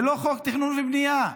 זה לא חוק תכנון ובנייה,